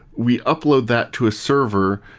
we upload that to a server.